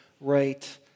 right